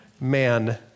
man